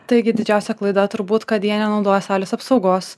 taigi didžiausia klaida turbūt kad jie nenaudoja saulės apsaugos